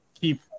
keep